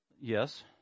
yes